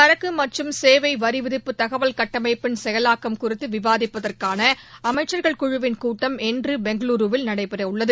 சரக்கு மற்றும் சேவை வரி விதிப்பு தகவல் கட்டமைப்பின் செயலாக்கம் குறித்து விவாதிப்பதற்கான அமைச்சர்கள் குழுவின் கூட்டம் இன்று பெங்களூருவில் நடைபெறவுள்ளது